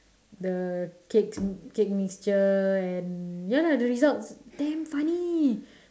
the cake cake mixture and ya lah the results damn funny